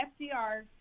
FDR